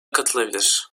katılabilir